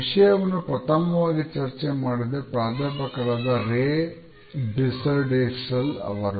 ವಿಷಯವನ್ನು ಪ್ರಥಮವಾಗಿ ಚರ್ಚೆ ಮಾಡಿದ್ದು ಪ್ರಾಧ್ಯಾಪಕರಾದ ರೇ ಬಿರ್ಸ್ಡ್ವಿಸ್ಟೆಲ್ ಅವರು